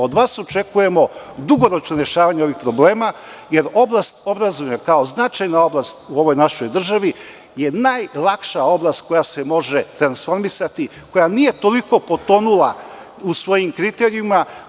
Od vas očekujemo dugoročno rešavanje ovih problema, jer oblast obrazovanja, kao značajna oblast u ovoj našoj državi, je najlakša oblast koja se može transformisati, koja nije toliko potonula u svojim kriterijumima.